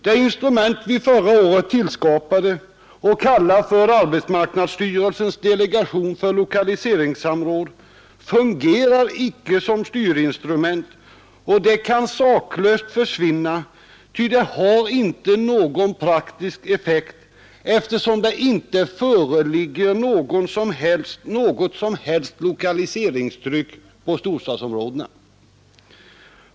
Det instrument som vi förra året skapade och kallade arbetsmarknadsstyrelsens delegation för lokaliseringssamråd fungerar inte som styrinstrument och kan saklöst försvinna; det har inte någon praktisk effekt eftersom det inte föreligger något som helst lokaliseringstryck på storstadsområdena.